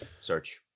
search